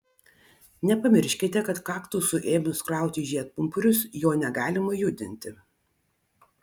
nepamirškite kad kaktusui ėmus krauti žiedpumpurius jo negalima judinti